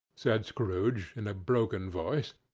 said scrooge in a broken voice,